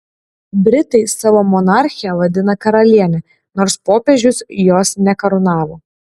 britai savo monarchę vadina karaliene nors popiežius jos nekarūnavo